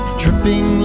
dripping